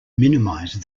minimize